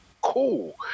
cool